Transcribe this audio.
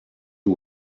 you